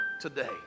today